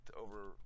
over